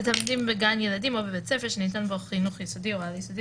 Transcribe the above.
תלמידים בגן ילדים או בבית ספר שניתן בו חינוך יסודי או על יסודי